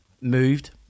moved